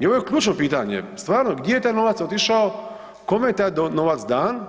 I ovo je ključno pitanje stvarno gdje je taj novac otišao, kome je taj novac dan